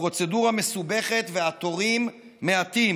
הפרוצדורה מסובכת והתורים מעטים.